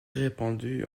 répandu